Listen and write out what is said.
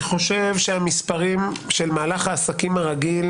אני חושב שהמספרים של מהלך העסקים הרגיל